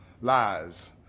lies